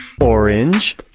Orange